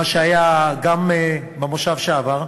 מה שהיה גם במושב שעבר,